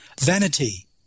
Vanity